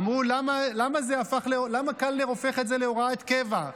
אמרו, למה קלנר הופך את זה להוראת קבע?